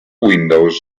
windows